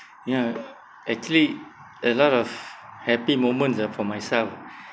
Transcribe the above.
ya actually a lot of happy moment uh for myself